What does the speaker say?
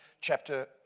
chapter